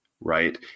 right